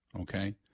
Okay